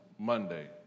Monday